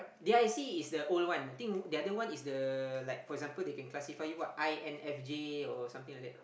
D_I_C is the old one think the other one is the like for example they can classify you what i_n_f_j or something like that